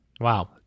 wow